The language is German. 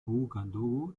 ouagadougou